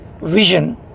vision